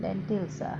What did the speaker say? lentils ah